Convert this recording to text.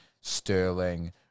Sterling